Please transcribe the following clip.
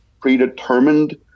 predetermined